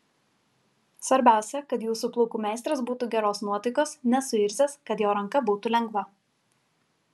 svarbiausia kad jūsų plaukų meistras būtų geros nuotaikos nesuirzęs kad jo ranka būtų lengva